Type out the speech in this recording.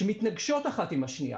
שמתנגשות זו עם זו,